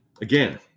again